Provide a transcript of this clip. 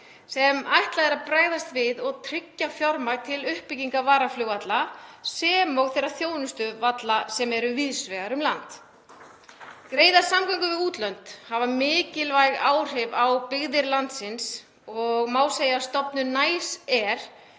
sem ætlað er að bregðast við og tryggja fjármagn til uppbyggingar varaflugvalla sem og þeirra þjónustuvalla sem eru víðs vegar um land. Greiðar samgöngur við útlönd hafa mikilvæg áhrif á byggðir landsins og má segja að stofnun